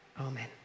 Amen